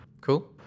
Cool